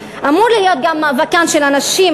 וזה אמור להיות גם מאבקן של הנשים,